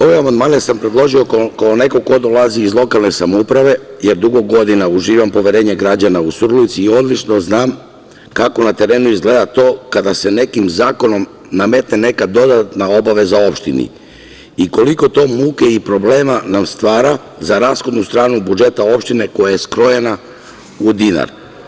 Ove amandmane sam predložio kao neko ko dolazi iz lokalne samouprave jer dugo godina uživam poverenje građana u Surdulici i odlično znam kako na terenu izgleda to kada se nekim zakonom nametne neka dodatna obaveza opštini i koliko to muke i problema nam stvara za rashodnu stranu budžeta opštine koja je skrojena u dinar.